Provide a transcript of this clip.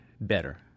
better